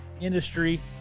industry